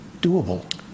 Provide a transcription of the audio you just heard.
doable